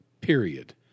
period